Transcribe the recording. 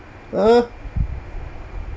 !huh!